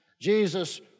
Jesus